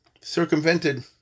circumvented